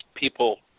people